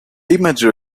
image